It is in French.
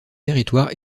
territoire